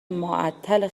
معطل